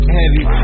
heavy